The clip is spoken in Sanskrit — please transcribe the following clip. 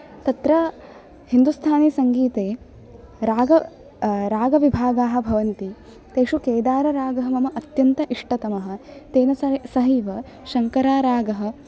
तत्र हिन्दुस्थानिसङ्गीते राग रागविभागाः भवन्ति तेषु केदाररागः मम अत्यन्त इष्टतमः तेन सह सहैव शङ्करारागः